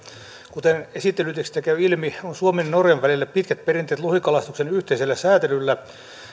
kuten esittelytekstistä käy ilmi on suomen ja norjan välillä pitkät perinteet lohikalastuksen yhteisellä säätelyllä